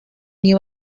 new